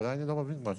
אולי אני לא מבין משהו,